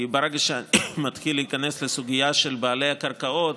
כי ברגע שנתחיל להיכנס לסוגיה של בעלי הקרקעות